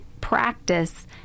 practice